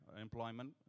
employment